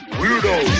weirdos